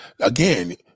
again